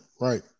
Right